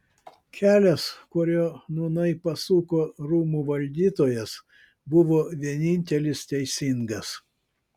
kelias kuriuo nūnai pasuko rūmų valdytojas buvo vienintelis teisingas